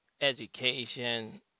education